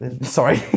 Sorry